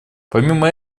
помимо